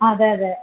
അതെ അതെ